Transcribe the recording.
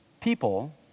People